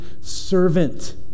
servant